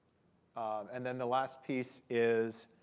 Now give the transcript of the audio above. and then the last piece is